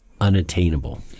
unattainable